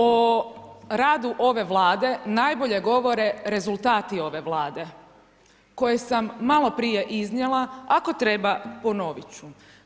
O radu ove Vlade najbolje govore rezultati ove Vlade koje sam maloprije iznijela, ako treba ponoviti ću.